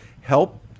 help